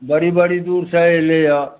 बड़ी बड़ी दूरसँ अयलैया